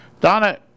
Donna